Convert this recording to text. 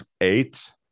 eight